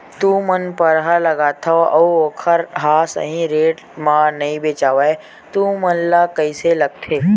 तू मन परहा लगाथव अउ ओखर हा सही रेट मा नई बेचवाए तू मन ला कइसे लगथे?